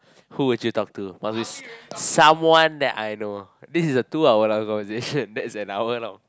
who would you talk to must be someone that I know this is a two hour long conversation that's an hour long